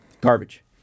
Garbage